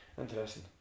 interesting